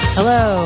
Hello